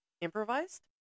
improvised